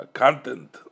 content